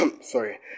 sorry